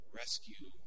rescue